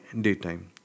daytime